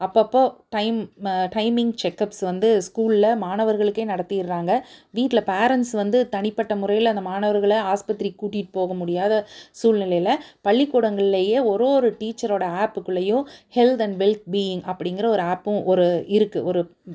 அப்போப்போ time timing checkups வந்து ஸ்கூலில் மாணவர்களுக்கே நடத்திடுறாங்க வீட்டில் பேரன்ட்ஸ் வந்து தனிப்பட்ட முறையில் அந்த மாணவர்களை ஆஸ்பத்திரிக்கு கூட்டிட்டு போக முடியாத சூழ்நிலையில் பள்ளிக்கூடங்களிலேயே ஒரு ஒரு டீச்சரோடய ஆப்புக்குள்ளேயும் ஹெல்த் அண்ட் வெல்த் பீயிங் அப்படிங்குற ஒரு ஆப்பும் ஒரு இருக்குது ஒரு